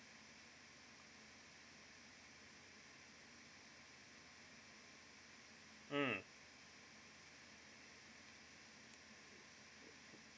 mm